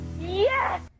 Yes